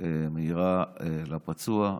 מהירה לפצוע.